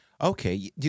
Okay